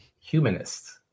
humanists